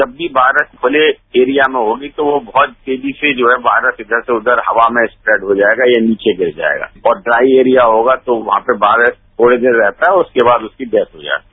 जब भी बारिश खुले एरिया में होगी तो वो बहुत तेजी से जो है वायरस इंचर से उद्यर हवा में स्प्रैड हो जाएगा या नीचे गिर जाएगा और ड्राई एरिया होगा तो वहां पर वायरस थोड़ी देर रहता है और उसके बाद उसकी रेथ हो जाती है